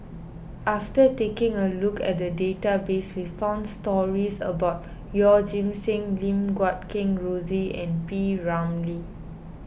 after taking a look at the database we found stories about Yeoh Ghim Seng Lim Guat Kheng Rosie and P Ramlee